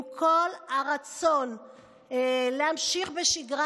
עם כל הרצון להמשיך בשגרה,